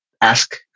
ask